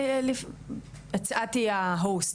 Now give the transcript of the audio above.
את תהיי המנהלת,